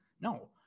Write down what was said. No